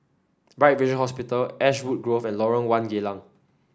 Bright Vision Hospital Ashwood Grove and Lorong One Geylang